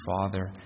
father